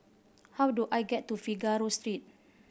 how do I get to Figaro Street